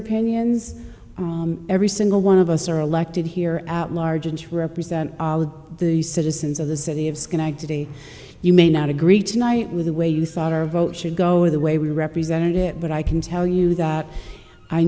opinions every single one of us are elected here at large and represent the citizens of the city of schenectady you may not agree tonight with the way you thought our vote should go the way we represented it but i can tell you that i